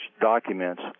documents